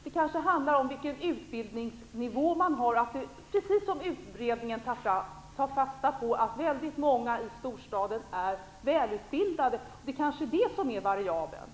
Det handlar om vilken utbildningsnivå som man har. Utredningen tar ju fasta på att väldigt många i storstaden är välutbildade. Det är kanske detta som är variabeln.